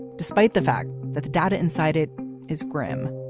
despite the fact that the data inside it is grim,